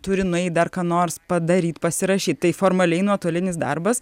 turi nueit dar ką nors padaryt pasirašyt tai formaliai nuotolinis darbas